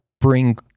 bring